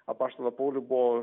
apaštalą paulių buvo